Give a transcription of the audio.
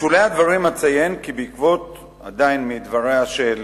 בשולי הדברים אציין, עדיין מדבריה של